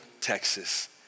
Texas